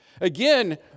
Again